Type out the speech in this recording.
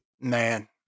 man